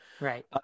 Right